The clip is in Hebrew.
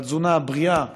והתזונה הבריאה